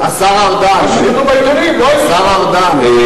השר ארדן, זה מה שכתוב בעיתונים, לא, חברי,